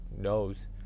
knows